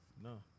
No